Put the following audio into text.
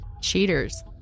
cheaters